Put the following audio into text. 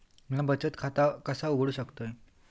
म्या बचत खाता कसा उघडू शकतय?